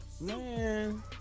Man